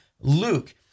Luke